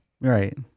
Right